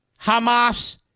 Hamas